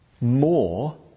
More